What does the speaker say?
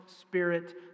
spirit